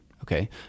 okay